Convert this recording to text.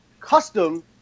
custom